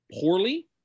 poorly